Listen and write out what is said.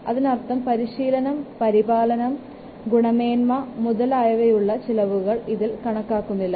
അതിനർത്ഥം പരിശീലനം പരിപാലനം ഗുണമേന്മ മുതലായവക്കുള്ള ചിലവുകൾ ഇതിൽ കണക്കാക്കുന്നില്ല